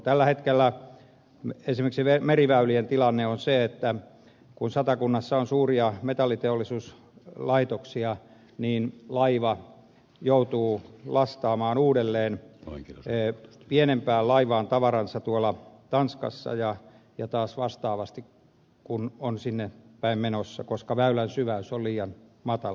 tällä hetkellä esimerkiksi meriväylien tilanne on se että kun satakunnassa on suuria metalliteollisuuslaitoksia niin laiva joutuu lastaamaan uudelleen pienempään laivaan tavaransa tanskassa ja taas vastaavasti kun on sinnepäin menossa koska väylän syväys on liian matala